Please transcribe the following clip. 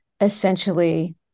essentially